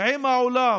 עם העולם,